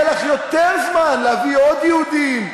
אולי יהיה לך יותר זמן להביא עוד יהודים,